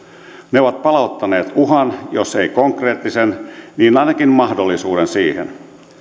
ne ovat palauttaneet uhan jos eivät konkreettista niin ainakin mahdollisuuden siihen